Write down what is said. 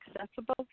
accessible